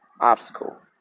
obstacle